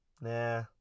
Nah